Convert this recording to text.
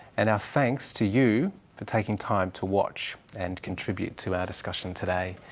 and our thanks to you for taking time to watch and contribute to our discussion today.